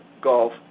golf